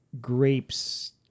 grapes